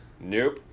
nope